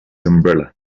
umbrella